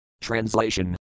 Translation